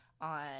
on